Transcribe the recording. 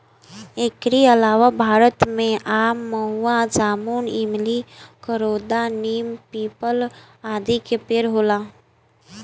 एकरी अलावा भारत में आम, महुआ, जामुन, इमली, करोंदा, नीम, पीपल, आदि के पेड़ होला